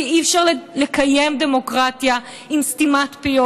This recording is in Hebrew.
כי אי-אפשר לקיים דמוקרטיה עם סתימת פיות.